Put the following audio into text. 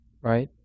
right